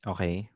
Okay